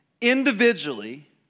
individually